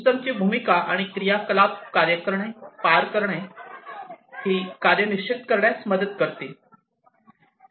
सिस्टमची भूमिका आणि क्रियाकलाप कार्य करणे पार पाडणे ही कार्ये निश्चित करण्यात मदत करतील